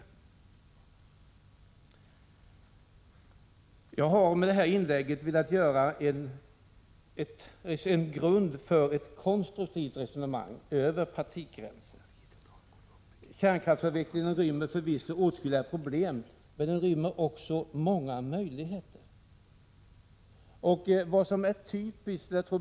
Jag har med detta inlägg velat lägga en grund för ett konstruktivt resonemang över partigränserna. Kärnkraftsavvecklingen rymmer förvisso åtskilliga problem, men den rymmer också många möjligheter.